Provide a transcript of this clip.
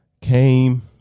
came